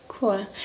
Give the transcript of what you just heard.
Cool